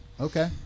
okay